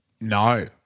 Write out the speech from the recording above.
No